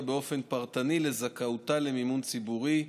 באופן פרטני לזכאותה למימון ציבורי,